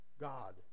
God